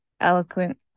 eloquent